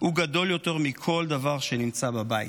הוא גדול יותר מכל דבר שנמצא בבית,